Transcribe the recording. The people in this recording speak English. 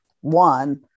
one